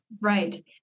right